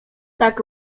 tak